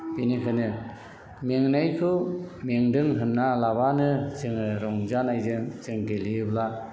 बेनिखायनो मेंनायखौ मेंदों होना लाबानो जोङो रंजानायजों जों गेलेयोब्ला